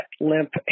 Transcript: limp